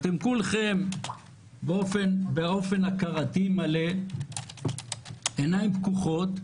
כולכם באופן הכרתי מלא עיניים פקוחות,